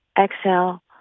Exhale